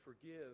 forgive